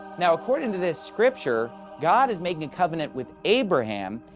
now according to this scripture, god is making a covenant with abraham,